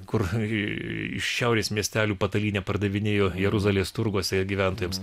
kur iš šiaurės miestelio patalynę pardavinėjo jeruzalės turguose gyventojams